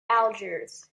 algiers